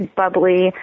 bubbly